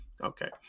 Okay